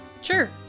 Sure